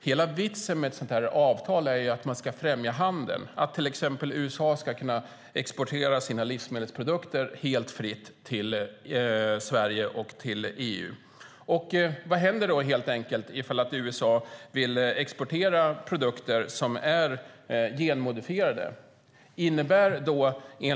Hela vitsen med ett sådant här avtal är att man ska främja handeln och att USA till exempel ska kunna exportera sina livsmedelsprodukter helt fritt till Sverige och EU. Vad händer om USA vill exportera produkter som är genmodifierade?